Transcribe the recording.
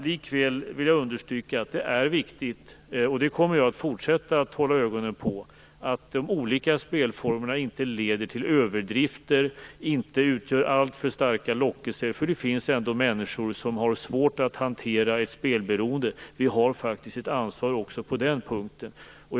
Likväl vill jag understryka att det är viktigt - det kommer jag att fortsätta hålla ögonen på - att de olika spelformerna inte leder till överdrifter eller utgör alltför starka lockelser. Det finns ändå människor som har svårt att hantera ett spelberoende. Vi har faktiskt ett ansvar också på den punkten.